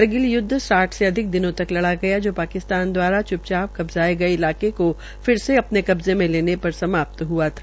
करगिल य्दव साठ से अधिक दिनों तक लड़ा गया जो पाकिस्तान द्वारा च्पचाप कब्जाये गये इलाके को फिर से अपने कब्जे में लेने पर समाप्त हुआ था